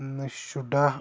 شُراہ